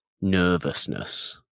nervousness